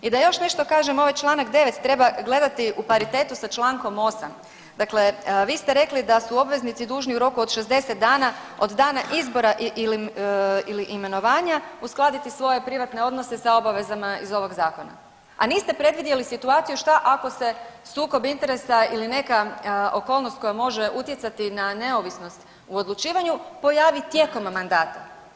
I da još nešto kažem, ovaj čl. 9. treba gledati u paritetu sa čl. 8. dakle, vi ste rekli da su obveznici dužni u roku od 60 dana od dana izbora ili imenovanja uskladiti svoje privatne odnose sa obavezama iz ovog zakona, a niste predvidjeli situaciju šta ako se sukob interesa ili neka okolnost koja može utjecati na neovisnost u odlučivanju pojaviti tijekom mandata.